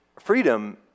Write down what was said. freedom